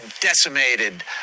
decimated